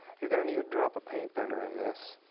you're going to need a drop of paint thinner in this,